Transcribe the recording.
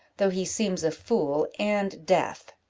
though he seems a fool, and deaf.